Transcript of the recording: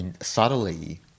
subtly